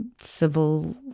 civil